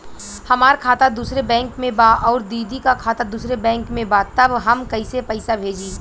हमार खाता दूसरे बैंक में बा अउर दीदी का खाता दूसरे बैंक में बा तब हम कैसे पैसा भेजी?